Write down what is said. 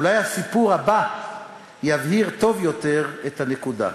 אולי הסיפור הבא יבהיר טוב יותר את הנקודה.